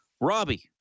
Robbie